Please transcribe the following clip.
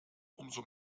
umso